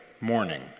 morning